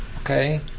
Okay